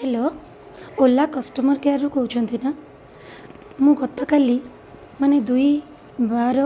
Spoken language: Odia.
ହ୍ୟାଲୋ ଓଲା କଷ୍ଟମର କେୟାରରୁ କହୁଛନ୍ତି ନା ମୁଁ ଗତକାଲି ମାନେ ଦୁଇ ବାର